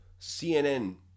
CNN